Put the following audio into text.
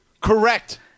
Correct